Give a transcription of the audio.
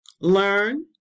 learn